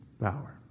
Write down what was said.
power